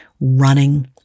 Running